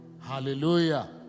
Hallelujah